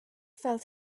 felt